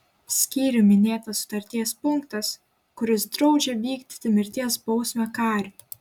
skyrium minėtinas sutarties punktas kuris draudžia vykdyti mirties bausmę kariui